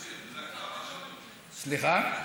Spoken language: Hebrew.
סליחה?